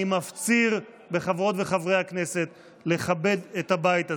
אני מפציר בחברות וחברי הכנסת לכבד את הבית הזה.